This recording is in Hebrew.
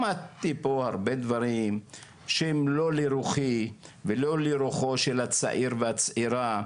שמעתי פה הרבה דברים שהם לא לרוחי ולא לרוחו של הצעיר והצעירה,